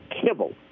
kibble